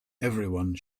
everyone